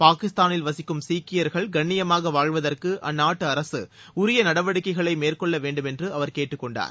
பாகிஸ்தூவில் வசிக்கும் சீக்கியர்கள் கண்ணியமாக வாழ்வதற்கு அஅந்நாட்டு அரசு உரிய நடவடிக்கைகளை மேற்கொள்ள வேண்டுமென்று அவர் கேட்டுக் கொண்டார்